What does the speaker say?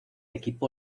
equipo